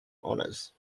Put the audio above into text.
honours